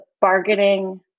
bargaining